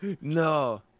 No